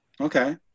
okay